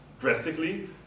drastically